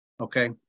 Okay